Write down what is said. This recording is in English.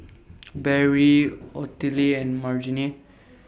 Barry Ottilie and Margene